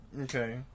Okay